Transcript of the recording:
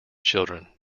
children